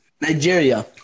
Nigeria